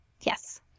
Yes